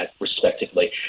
respectively